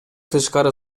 тышкары